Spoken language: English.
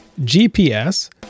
GPS